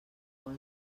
cos